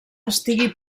estigui